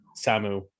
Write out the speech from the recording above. Samu